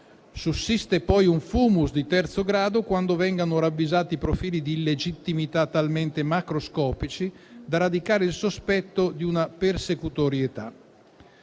Sussiste poi un *fumus* di terzo grado, quando vengano ravvisati profili di illegittimità talmente macroscopici da radicare il sospetto di una persecutorietà.